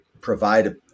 provide